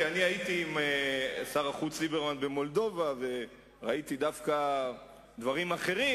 כי הייתי עם שר החוץ ליברמן במולדובה וראיתי דווקא דברים אחרים,